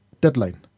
deadline